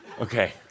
Okay